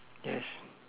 yes